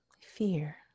fear